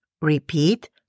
Repeat